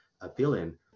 appealing